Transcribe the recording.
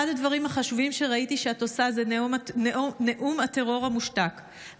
אחד הדברים החשובים שראיתי שאת עושה זה נאום הטרור המושתק,